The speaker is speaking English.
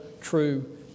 true